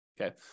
okay